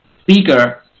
speaker